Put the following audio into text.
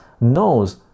knows